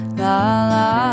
la-la